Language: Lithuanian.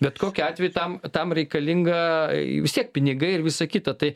bet kokiu atveju tam tam reikalinga vis tiek pinigai ir visa kita tai